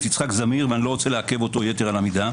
יצחק זמיר ואיני רוצה לעכב אותו יתר על המידה.